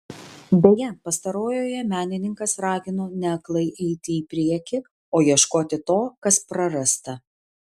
beje pastarojoje menininkas ragino ne aklai eiti į priekį o ieškoti to kas prarasta